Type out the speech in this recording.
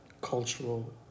Cultural